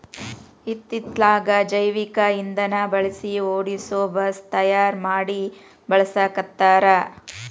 ಇತ್ತಿತ್ತಲಾಗ ಜೈವಿಕ ಇಂದನಾ ಬಳಸಿ ಓಡಸು ಬಸ್ ತಯಾರ ಮಡಿ ಬಳಸಾಕತ್ತಾರ